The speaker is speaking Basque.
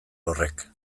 horrek